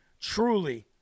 truly